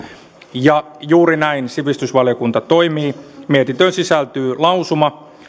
ja juuri näin sivistysvaliokunta toimii mietintöön sisältyy lausuma